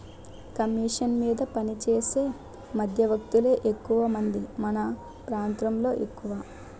commission మీద పనిచేసే మధ్యవర్తులే ఎక్కువమంది మన ప్రాంతంలో ఎక్కువ